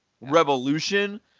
revolution